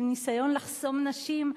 לניסיון לחסום נשים,